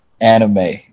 anime